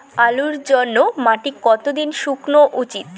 আলুর জন্যে মাটি কতো দিন শুকনো উচিৎ?